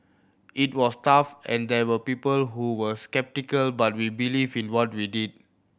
it was tough and there were people who were sceptical but we believed in what we did